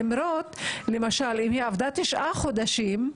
למרות שאם היא עבדה למשל תשעה חודשים,